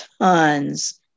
tons